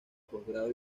posgrado